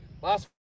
Last